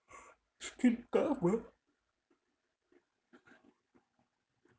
screen cover